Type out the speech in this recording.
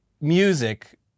music